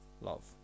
love